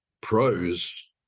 pros